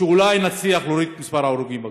ואולי נצליח להוריד את מספר ההרוגים בכבישים.